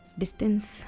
distance